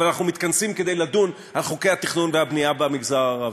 אבל אנחנו מתכנסים כדי לדון על חוקי התכנון והבנייה במגזר הערבי.